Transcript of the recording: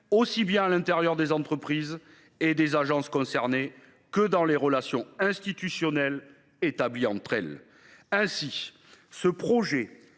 aussi bien à l’intérieur des entreprises et des agences concernées que dans les relations institutionnelles établies entre elles. Aussi, ce projet